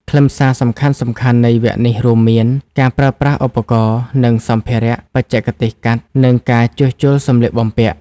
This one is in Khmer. ខ្លឹមសារសំខាន់ៗនៃវគ្គនេះរួមមាន ការប្រើប្រាស់ឧបករណ៍ និងសម្ភារៈ បច្ចេកទេសកាត់ និងការជួសជុលសំលៀកបំពាក់។